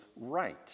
right